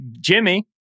Jimmy